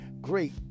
great